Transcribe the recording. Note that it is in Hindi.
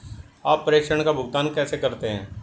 आप प्रेषण का भुगतान कैसे करते हैं?